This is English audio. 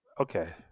Okay